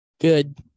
Good